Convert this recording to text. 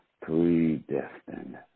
Predestined